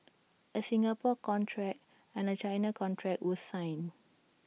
A Singapore contract and A China contract were signed